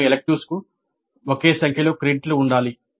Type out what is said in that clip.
అన్ని ఎలెక్టివ్లకు ఒకే సంఖ్యలో క్రెడిట్లు ఉండాలి